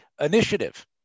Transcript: initiative